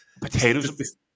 potatoes